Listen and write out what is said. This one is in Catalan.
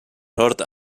sort